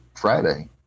Friday